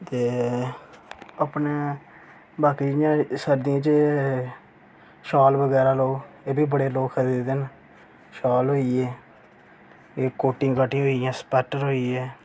ते अपने बाकी इयां सर्दियें च शाल बगैरा लोग एब्बी बड़े लोग खरीददे न शाल होई गे एह् कोटियां काटियां होई गेइयां स्वैटर होई गे